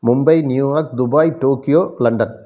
Mumbai new york Dubai Tokyo London